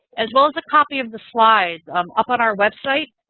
as well as a copy of the slides um up on our website.